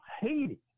Haiti